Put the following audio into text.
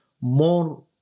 more